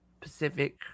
Pacific